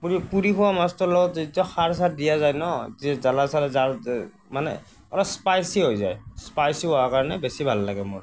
পুৰি পুৰি খোৱা মাছটো লগত যিটো খাৰ চাৰ দিয়া যায় ন যিটো জ্বলা চলা জাল মানে অলপ স্পাইছি হৈ যায় স্পাইছি হোৱাৰ কাৰণে বেছি ভাল লাগে মোৰ